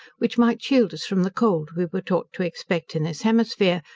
which might shield us from the cold we were taught to expect in this hemisphere,